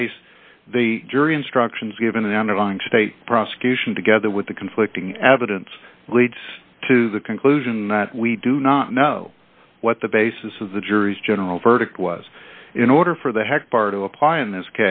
case the jury instructions given an underlying state prosecution together with the conflicting evidence leads to the conclusion that we do not know what the basis of the jury's general verdict was in order for the heck bar to apply in this